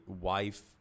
wife